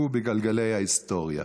שיישחקו בגלגלי ההיסטוריה.